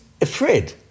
afraid